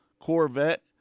Corvette